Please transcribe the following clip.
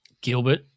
Gilbert